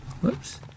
Whoops